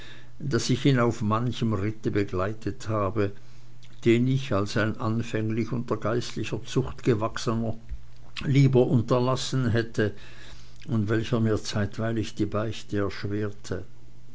daß ich ihn auf manchem ritte begleitet habe den ich als ein anfänglich unter geistlicher zucht gewachsener lieber unterlassen hätte und welcher mir zeitweilig die beichte erschwerte